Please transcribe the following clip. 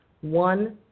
One